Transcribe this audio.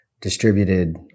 distributed